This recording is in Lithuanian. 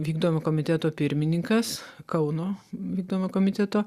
vykdomo komiteto pirmininkas kauno vykdomo komiteto